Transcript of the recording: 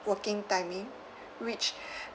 working timing which